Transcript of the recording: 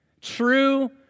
true